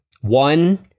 One